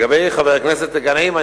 לחבר הכנסת גנאים,